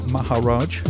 Maharaj